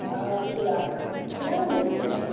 हाँ दो लाख कितना में लीजिएगा